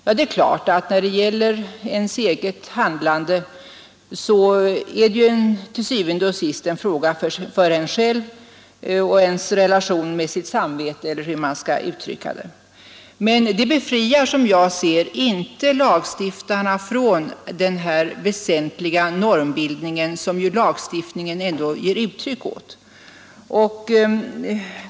Ja, det är klart att ens eget handlande til syvende og sidst är en fråga för en själv och ens relation med sitt samvete — eller hur man skall uttrycka det. Men detta befriar, som jag ser det, inte lagstiftarna från den väsentliga normbildning som ju lagstiftningen ändå ger uttryck åt.